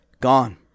Gone